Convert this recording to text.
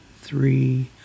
three